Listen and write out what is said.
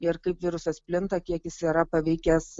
ir kaip virusas plinta kiek jis yra paveikęs